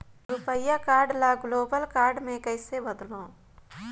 रुपिया कारड ल global card मे कइसे बदलव?